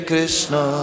Krishna